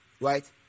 Right